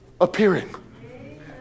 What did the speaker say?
appearing